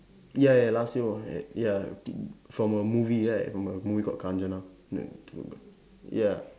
ya ya last year was ya from a movie right from a movie called Kanchana ya two ya